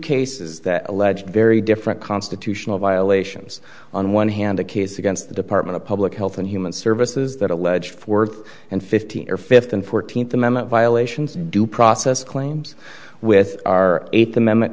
cases that allege very different constitutional violations on one hand a case against the department of public health and human services that alleged fourth and fifteen or fifth and fourteenth amendment violations due process claims with our eight